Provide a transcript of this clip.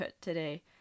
today